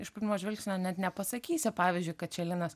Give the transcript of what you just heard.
iš pirmo žvilgsnio net nepasakysi pavyzdžiui kad čia linas